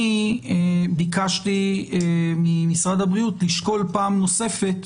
אני ביקשתי ממשרד הבריאות לשקול פעם נוספת,